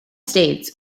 states